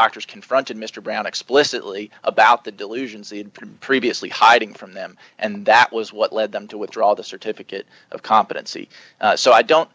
doctors confronted mr brown explicitly about the delusions he had previously hiding from them and that was what led them to withdraw the certificate of competency so i don't